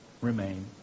remain